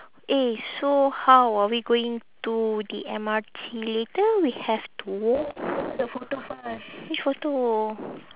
eh so how are we going to the M_R_T later we have to which photo